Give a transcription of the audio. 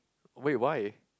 wait why